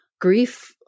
grief